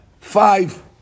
Five